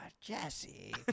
Jesse